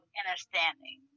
understanding